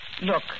look